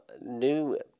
new